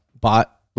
bought